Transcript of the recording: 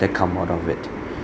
that come out of it